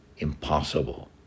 impossible